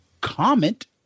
comment